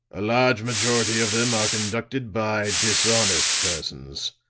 a large majority of them are conducted by dishonest persons.